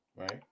Right